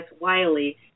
Wiley